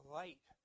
light